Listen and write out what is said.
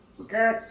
Okay